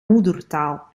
moedertaal